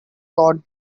god